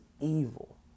evil